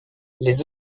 les